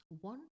One